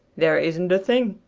there isn't a thing,